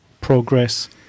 progress